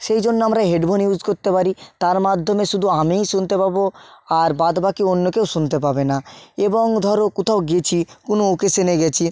সেই জন্য আমরা হেডফোন ইউজ করতে পারি তার মাধ্যমে শুধু আমিই শুনতে পাব আর বাদ বাকি অন্য কেউ শুনতে পাবে না এবং ধর কোথাও গিয়েছি কোনো অকেশনে গিয়েছি